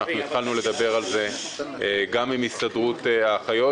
התחלנו לדבר על זה גם עם הסתדרות האחיות,